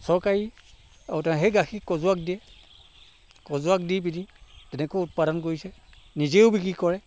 চৰকাৰী সেই গাখীৰ কজোৱাক দিয়ে কজোৱাক দি পিনি তেনেকৈ উৎপাদন কৰিছে নিজেও বিক্ৰী কৰে